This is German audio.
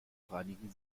reinigen